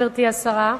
גברתי השרה,